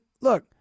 look